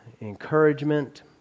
encouragement